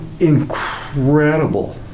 Incredible